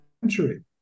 century